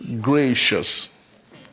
gracious